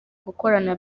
gukorana